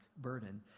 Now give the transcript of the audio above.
burden